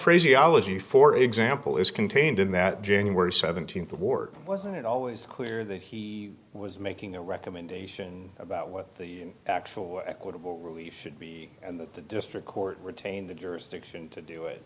phraseology for example is contained in that january seventeenth ward wasn't always clear that he was making a recommendation about what the actual equitable relief should be and that the district court retain the jurisdiction to do it